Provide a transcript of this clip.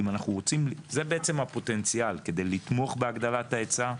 זה בעצם הפוטנציאל כדי לתמוך בהגדלת ההיצע,